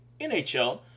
NHL